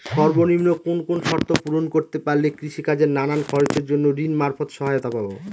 সর্বনিম্ন কোন কোন শর্ত পূরণ করতে পারলে কৃষিকাজের নানান খরচের জন্য ঋণ মারফত সহায়তা পাব?